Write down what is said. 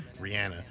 Rihanna